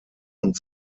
und